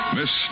Miss